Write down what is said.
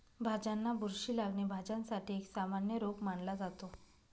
भाज्यांना बुरशी लागणे, भाज्यांसाठी एक सामान्य रोग मानला जातो